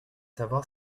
savoir